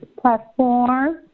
platform